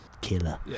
Killer